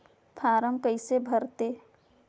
Form कइसे भरते?